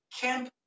camp